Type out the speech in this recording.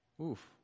Oof